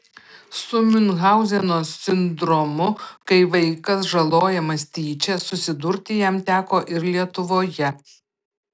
su miunchauzeno sindromu kai vaikas žalojamas tyčia susidurti jam teko ir lietuvoje